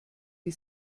die